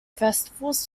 festivals